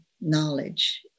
knowledge